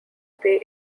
pay